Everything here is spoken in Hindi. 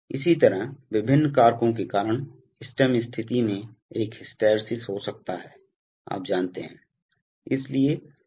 इसी तरह विभिन्न कारकों के कारण स्टेम स्थिति में एक हिस्टैरिसीस हो सकता है आप जानते हैं